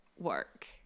work